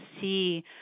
see